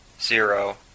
zero